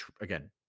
again